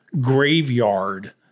graveyard